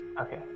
Okay